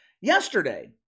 Yesterday